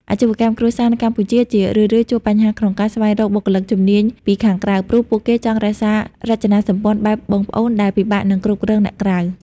អាជីវកម្មគ្រួសារនៅកម្ពុជាជារឿយៗជួបបញ្ហាក្នុងការស្វែងរកបុគ្គលិកជំនាញពីខាងក្រៅ ព្រោះពួកគេចង់រក្សារចនាសម្ព័ន្ធបែបបងប្អូនដែលពិបាកនឹងគ្រប់គ្រងអ្នកក្រៅ។